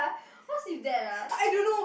what's with that ah I don't know